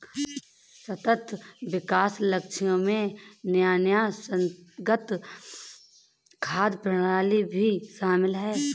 सतत विकास लक्ष्यों में न्यायसंगत खाद्य प्रणाली भी शामिल है